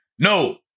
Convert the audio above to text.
No